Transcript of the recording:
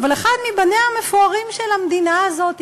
אבל אחד מבניה המפוארים של המדינה הזאת,